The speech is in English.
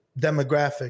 demographic